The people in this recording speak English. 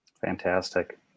Fantastic